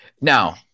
now